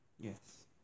Yes